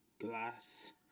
Glass